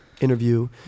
interview